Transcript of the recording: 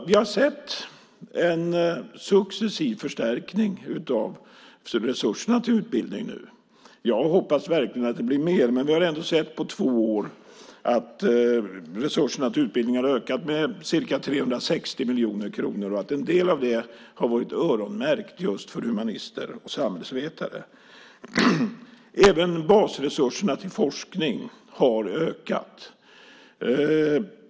Vi har en sett en successiv förstärkning av resurserna till utbildning nu. Jag hoppas verkligen att det blir mer, men vi har ändå sett att resurserna till utbildning har ökat med ca 360 miljoner på två år. En del av det har varit öronmärkt just för humanister och samhällsvetare. Även basresurserna till forskning har ökat.